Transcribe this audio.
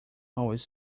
always